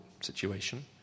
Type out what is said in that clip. situation